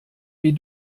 wie